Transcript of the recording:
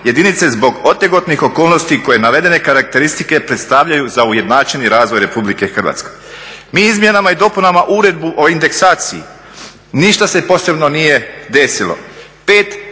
jedinice zbog otegotnih okolnosti koje navedene karakteristike predstavljaju za ujednačeni razvoj RH. Mi izmjenama i dopunama uredbu o indeksaciji, ništa se posebno nije desilo.